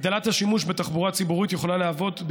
הגדלת השימוש בתחבורה ציבורית יכולה להוות,